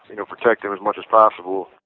you know, protect them as much as possible.